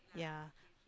yeah